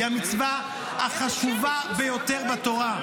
היא המצווה החשובה ביותר בתורה.